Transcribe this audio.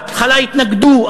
בהתחלה התנגדו,